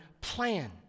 plan